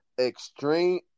extreme